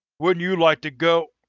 wouldn't you like to go,